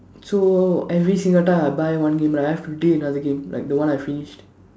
so every single time I buy one game right I have to delete another game like the one I finished